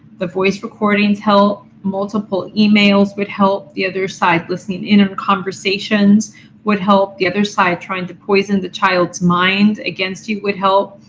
the voice recordings help. multiple emails would help. the other side listening in on and conversations would help. the other side trying to poison the child's mind against you would help.